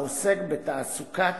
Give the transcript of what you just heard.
העוסק בתעסוקת